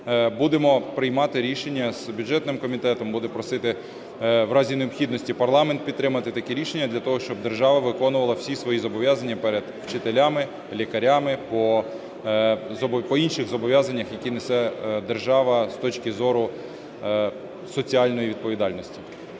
будемо приймати рішення з бюджетним комітетом. Будемо просити, у разі необхідності, парламент підтримати таке рішення, для того щоб держава виконувала всі свої зобов'язання перед вчителями, лікарями, по інших зобов'язаннях, які несе держава з точки зору соціальної відповідальності.